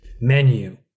menu